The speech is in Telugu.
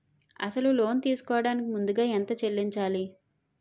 అసలు లోన్ తీసుకోడానికి ముందుగా ఎంత చెల్లించాలి?